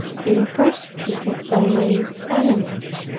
being persecuted by my enemies,